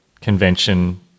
Convention